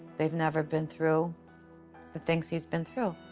they've never been through the things he's been through.